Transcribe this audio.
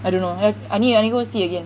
I don't know I need go I need go see again